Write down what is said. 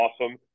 awesome